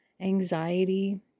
anxiety